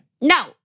No